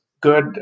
good